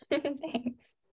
thanks